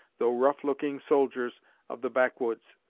though rough-looking, soldiers of the backwoods.